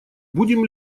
будем